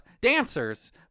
dancers